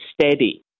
steady